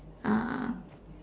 uh